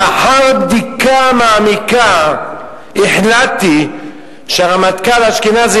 לאחר בדיקה מעמיקה החלטתי שהרמטכ"ל אשכנזי